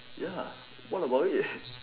ya what about it